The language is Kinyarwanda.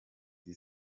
iri